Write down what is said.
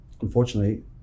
unfortunately